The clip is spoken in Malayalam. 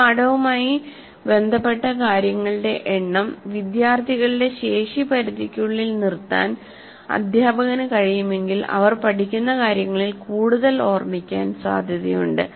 ഒരു പാഠവുമായി ഫലവുമായി ബന്ധപ്പെട്ട കാര്യങ്ങളുടെ എണ്ണം വിദ്യാർത്ഥികളുടെ ശേഷി പരിധിക്കുള്ളിൽ നിർത്താൻ അധ്യാപകന് കഴിയുമെങ്കിൽ അവർ പഠിക്കുന്ന കാര്യങ്ങളിൽ കൂടുതൽ ഓർമിക്കാൻ സാധ്യതയുണ്ട്